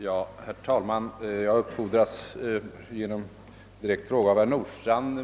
Herr talman! Jag har uppfordrats genom en direkt fråga av herr Nordstrandh.